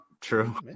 True